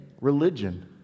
religion